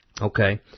Okay